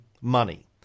money